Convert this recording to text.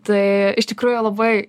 tai iš tikrųjų labai